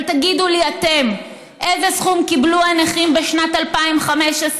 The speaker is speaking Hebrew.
אבל תגידו לי אתם: איזה סכום קיבלו הנכים בשנת 2015,